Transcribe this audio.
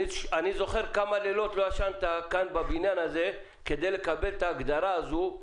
אני זוכר כמה לילות לא ישנת כאן בבניין הזה כדי לקבל את ההגדרה הזו.